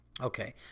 okay